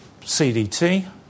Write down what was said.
CDT